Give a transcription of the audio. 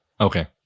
Okay